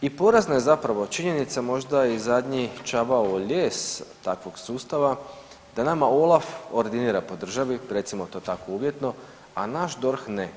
I porazna je zapravo činjenica možda i zadnji čavao u lijes takvog sustava da nama OLAF ordinira po državi, recimo to tako uvjetno, a naš DORH ne.